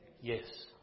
Yes